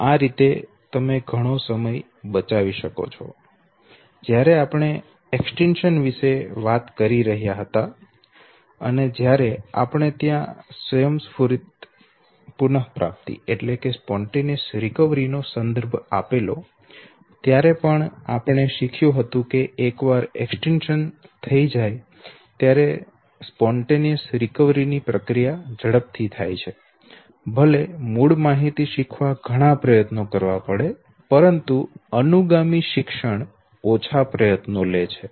આ રીતે તમે ઘણો સમય બચાવી શકો છો જ્યારે આપણે એક્સ્ટેંશન વિશે વાત કરી રહ્યા હતા અને જ્યારે આપણે ત્યાં સ્વયંસ્ફુરિત પુનપ્રાપ્તિ નો સંદર્ભ આપેલો ત્યારે પણ આપણે શીખ્યું હતું કે એક વાર એક્સ્ટેંશન થઈ જાય ત્યારે સ્વયંભૂ પુનપ્રાપ્તિ ની પ્રક્રિયા ઝડપ થી થાય છે ભલે મૂળ માહિતી શીખવા ઘણા પ્રયત્નો કરવા પડે પરંતુ અનુગામી શિક્ષણ ઓછા પ્રયત્નો લે છે